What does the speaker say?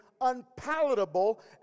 unpalatable